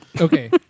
Okay